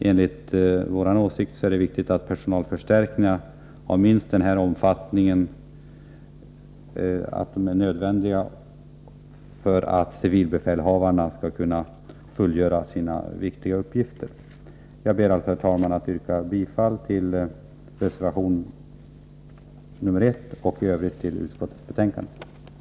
Enligt vår åsikt är det viktigt att personalförstärkningar har minst den föreslagna omfattningen. Det är nödvändigt för att civilbefälhavarna skall kunna fullgöra sina viktiga uppgifter. Jag ber, herr talman, att få yrka bifall till reservation 1 och i övrigt bifall till utskottets hemställan.